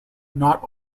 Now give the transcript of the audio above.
not